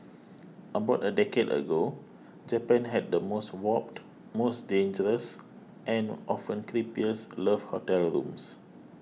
about a decade ago Japan had the most warped most dangerous and often creepiest love hotel rooms